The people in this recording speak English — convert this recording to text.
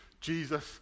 Jesus